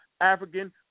African